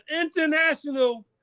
international